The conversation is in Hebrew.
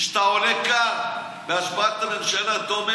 כשאתה עולה כאן להשבעת הממשלה אתה אומר